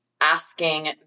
asking